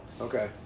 Okay